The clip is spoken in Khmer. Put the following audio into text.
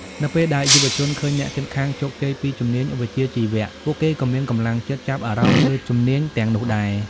នៅពេលដែលយុវជនឃើញអ្នកជិតខាងជោគជ័យពីជំនាញវិជ្ជាជីវៈ ពួកគេក៏មានកម្លាំងចិត្តចាប់អារម្មណ៍លើជំនាញទាំងនោះដែរ។